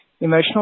emotional